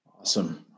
Awesome